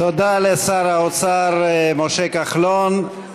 תודה לשר האוצר משה כחלון.